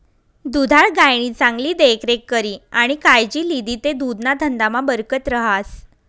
दुधाळ गायनी चांगली देखरेख करी आणि कायजी लिदी ते दुधना धंदामा बरकत रहास